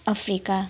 Africa